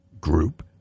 group